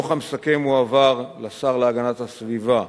הדוח המסכם הועבר לשר להגנת הסביבה